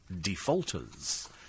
Defaulters